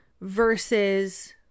versus